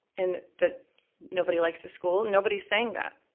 and that nobody likes the school. nobody's saying that.